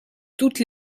toutes